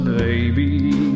baby